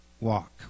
walk